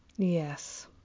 Yes